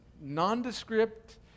nondescript